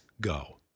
go